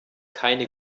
keine